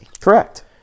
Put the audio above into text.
Correct